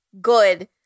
Good